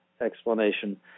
explanation